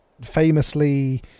famously